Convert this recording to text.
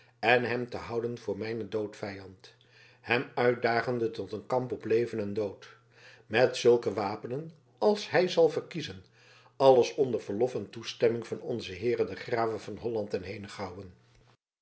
en hem te houden voor mijnen doodvijand hem uitdagende tot een kamp op leven en dood met zulke wapenen als hij zal verkiezen alles onder verlof en toestemming van onzen heere den grave van holland en